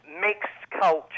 mixed-culture